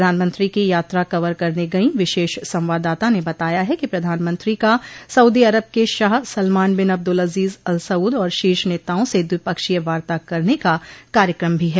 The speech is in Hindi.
प्रधानमंत्री की यात्रा कवर करने गई विशेष संवाददाता ने बताया है कि प्रधानमंत्री का सऊदी अरब के शाह Salman bin Abdul Aziz Al Saud और शीर्ष नेताओं से द्विपक्षीय वार्ता करने का कार्यक्रम भी है